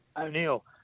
O'Neill